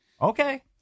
Okay